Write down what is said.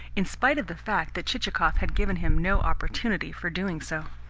in spite of the fact that chichikov had given him no opportunity for doing so.